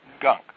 gunk